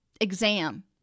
exam